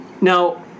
now